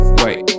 wait